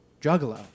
juggalo